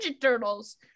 Turtles